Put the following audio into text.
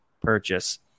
purchase